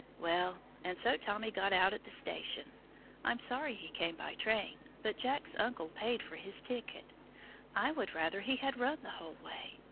well, and so tommy got out at the station i'm sorry he came by train, but jack's uncle paid for his ticket i would rather he had run the whole way.